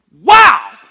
Wow